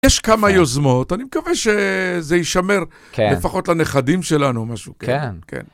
יש כמה יוזמות, אני מקווה שזה ישמר לפחות לנכדים שלנו, משהו כן.